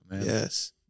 Yes